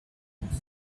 books